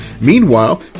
Meanwhile